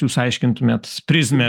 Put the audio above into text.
jūs aiškintumėt prizmę